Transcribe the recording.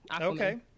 Okay